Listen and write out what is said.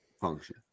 function